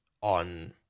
on